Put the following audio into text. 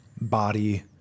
body